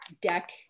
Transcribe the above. deck